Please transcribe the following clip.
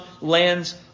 lands